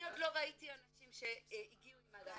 עוד לא ראיתי אנשים שהגיעו עם הדרכון.